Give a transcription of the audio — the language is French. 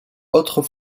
autre